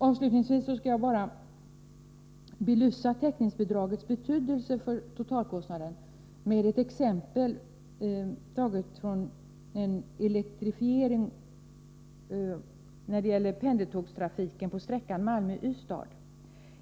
Avslutningsvis skall jag med ett exempel belysa täckningsbidragets betydelse för totalkostnaden vid elektrifiering av pendeltågstrafiken på sträckan Malmö-Ystad.